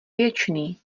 věčný